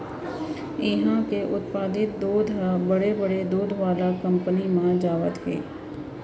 इहां के उत्पादित दूद ह बड़े बड़े दूद वाला कंपनी म जावत हे